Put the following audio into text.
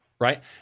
right